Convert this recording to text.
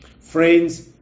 Friends